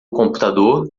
computador